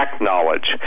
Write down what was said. knowledge